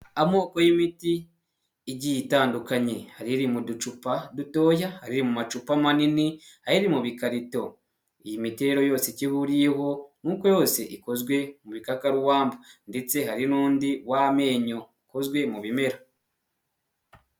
Amoko y'imiti igiye itandukanye, hari iri mu ducupa dutoya, hari iri mu macupa manini, hari iri mu bikarito, iyi miti rero yose icyo ihuriyeho n'uko yose ikozwe mu bikakarubamba ndetse hari n'undi w'amenyo ukozwe mu bimera.